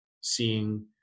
seeing